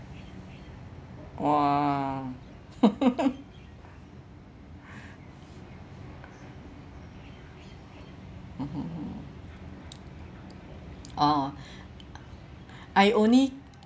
!wah! oh I only